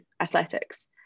athletics